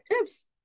tips